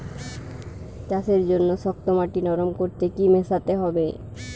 চাষের জন্য শক্ত মাটি নরম করতে কি কি মেশাতে হবে?